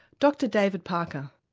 dr david parker.